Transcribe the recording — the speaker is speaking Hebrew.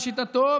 לשיטתו,